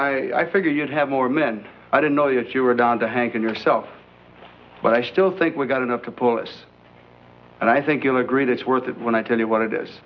jesse i figured you'd have more men i don't know if you were down to hanging yourself but i still think we've got enough to pull it and i think you'll agree that's worth it when i tell you what it is